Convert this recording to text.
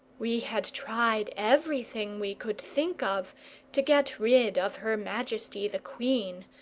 we had tried everything we could think of to get rid of her majesty the queen,